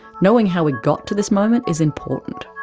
knowing how we got to this moment is important.